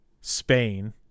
Spain